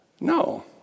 no